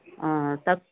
తక్